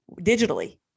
digitally